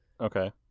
okay